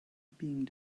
being